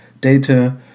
data